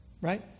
Right